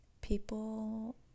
people